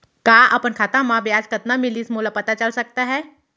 का अपन खाता म ब्याज कतना मिलिस मोला पता चल सकता है?